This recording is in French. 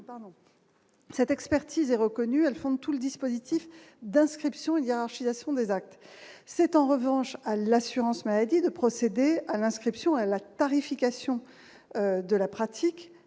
cette expertise est reconnue font tout le dispositif d'inscription il y a incitation des actes, c'est en revanche, l'assurance maladie de procéder à l'inscription à la tarification de la pratique